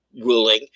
ruling